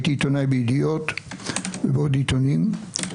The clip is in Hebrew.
בידיעות ובעוד עיתונים.